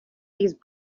these